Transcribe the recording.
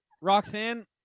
Roxanne